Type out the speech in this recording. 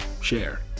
share